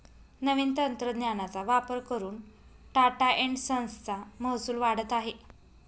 नवीन तंत्रज्ञानाचा वापर करून टाटा एन्ड संस चा महसूल वाढत आहे